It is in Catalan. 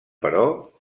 però